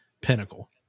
pinnacle